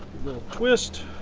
little twist